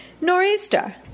Nor'Easter